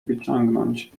wyciągnąć